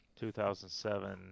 2007